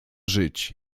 żyć